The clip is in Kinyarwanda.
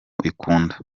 ikunda